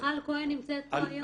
מיכל כהן נמצאת פה היום.